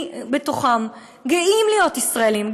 גאים להיות ישראלים,